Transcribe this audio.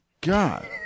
God